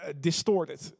distorted